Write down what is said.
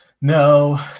No